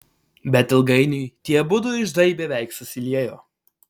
bet ilgainiui tie abudu iždai beveik susiliejo